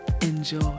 Enjoy